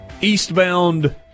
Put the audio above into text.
eastbound